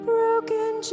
Broken